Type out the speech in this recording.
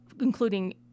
including